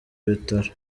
ibitaro